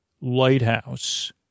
lighthouse